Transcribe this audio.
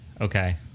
Okay